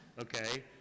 okay